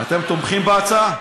אתם תומכים בהצעה?